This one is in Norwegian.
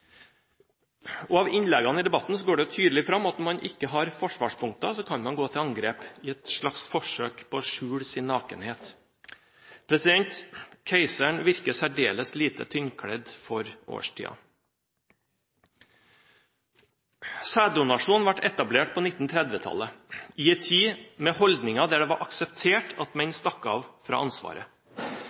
Av innleggene i debatten går det tydelig fram at når man ikke har forsvarspunkter, kan man gå til angrep i et slags forsøk på å skjule sin nakenhet. Keiseren virker særdeles tynnkledd for årstiden. Sæddonasjon ble etablert på 1930-tallet, i en tid med holdninger der det ble akseptert at menn stakk av fra ansvaret.